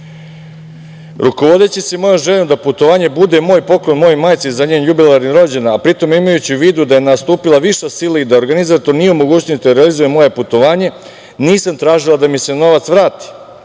se mojom željom da putovanje bude moj poklon mojoj majci za njen jubilarni rođendan, a pritom imajući u vidu da je nastupila viša sila i da organizator nije u mogućnosti da realizuje moje putovanje, nisam tražila da mi se novac vrati,